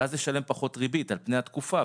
ואז לשלם פחות ריבית על פני התקופה,